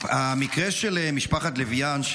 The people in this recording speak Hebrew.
המקרה של משפחת לויאן,